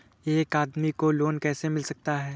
एक आदमी को लोन कैसे मिल सकता है?